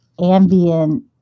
ambient